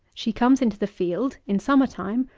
she comes into the field, in summer time,